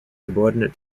subordinate